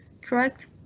correct